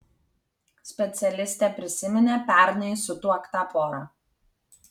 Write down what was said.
specialistė prisiminė pernai sutuoktą porą